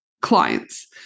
clients